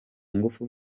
ngufu